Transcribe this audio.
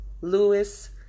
Lewis